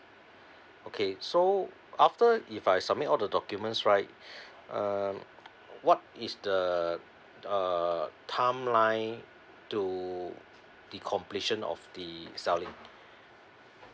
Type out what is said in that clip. okay so after if I submit all the documents right uh what is the uh timeline to the completion of the selling